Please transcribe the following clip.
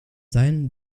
sein